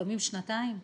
לפעמים שנתיים.